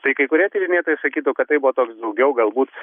tai kai kurie tyrinėtojai sakytų kad taip buvo toks daugiau galbūt